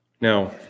Now